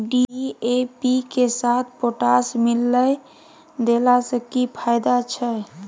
DAP के साथ potash मिललय के देला स की फायदा छैय?